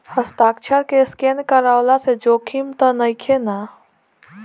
हस्ताक्षर के स्केन करवला से जोखिम त नइखे न?